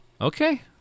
Okay